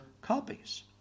copies